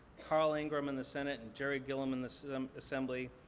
carl ingram in the senate and jerry gilliam in the so assembly,